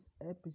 episode